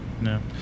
No